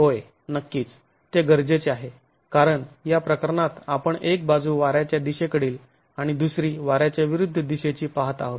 होय नक्कीच ते गरजेचे आहे कारण या प्रकरणात आपण एक बाजू वाऱ्याच्या दिशेकडील आणि दुसरी वार्याच्या विरुद्ध दिशेची पाहत आहोत